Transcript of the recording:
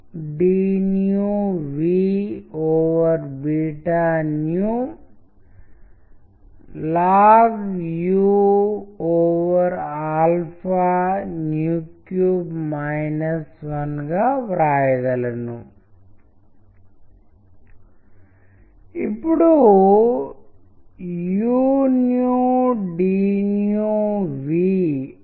ఇది అకడమిక్ లేదా అసాధారణమైనది కాదు ఇది రోజువారీ అనుభవం మనం మన చుట్టూ ఉన్న వాణిజ్య ప్రకటనలను చూసినప్పుడు మరియు ప్రజలు మనల్ని ఒప్పించాలని లేదా సంక్లిష్టతలను కమ్యూనికేట్ చేయాలనుకునే విధానంలో అన్నిటినీ కలిపి అర్థవంతంగా తెలియచేయడం